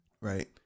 Right